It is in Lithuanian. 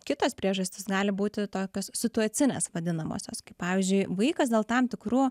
kitos priežastys gali būti tokios situacinės vadinamosios kai pavyzdžiui vaikas dėl tam tikrų